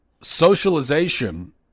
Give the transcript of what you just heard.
Socialization